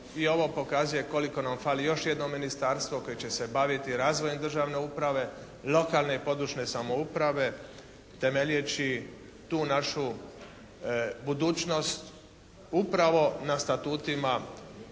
i ovo pokazuje koliko nam fali još jedno ministarstvo koje će se baviti razvojem državne uprave, lokalne i područne samouprave temeljeći tu našu budućnost upravo na statutima